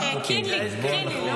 קינלי, קינלי.